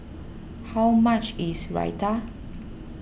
how much is Raita